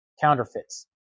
counterfeits